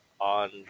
on